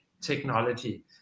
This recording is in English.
technology